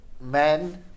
men